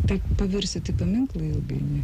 taip pavirsit į paminklą ilgainiui